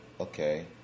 okay